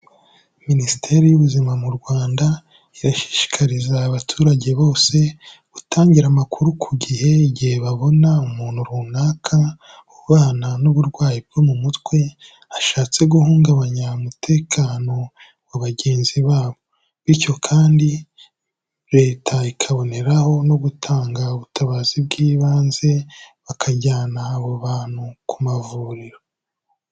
Minisiteri y'Ubuzima mu Rwanda, irashishikariza abaturage bose gutangira amakuru ku gihe, igihe babona umuntu runaka, ubana n'uburwayi bwo mu mutwe, ashatse guhungabanya umutekano wa bagenzi babo. Bityo kandi Leta ikaboneraho no gutanga ubutabazi bw'ibanze, bakajyana abo bantu ku mavuriro.